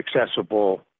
accessible